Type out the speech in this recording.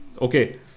Okay